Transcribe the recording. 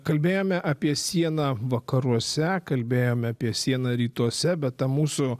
kalbėjome apie sieną vakaruose kalbėjome apie sieną rytuose bet ta mūsų